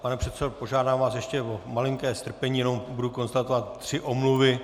Pane předsedo, požádám vás ještě o malinké strpení, budu konstatovat tři omluvy.